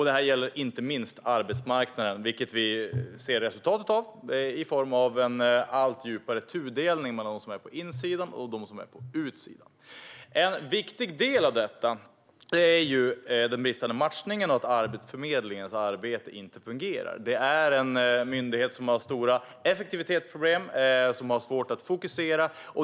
Det här gäller inte minst arbetsmarknaden, vilket vi ser resultatet av i form av en allt djupare tudelning mellan dem som är på insidan och dem som är på utsidan. En viktig del av detta är den bristande matchningen och att Arbetsförmedlingens arbete inte fungerar. Det är en myndighet som har stora effektivitetsproblem och har svårt att fokusera.